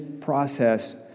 process